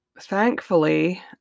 thankfully